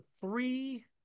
three